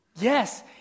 Yes